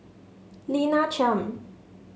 Lina Chiam